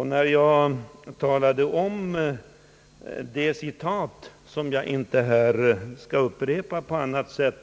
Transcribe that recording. Enligt ett citat, som jag inte skall upprepa, fick